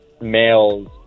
males